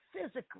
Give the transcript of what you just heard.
physically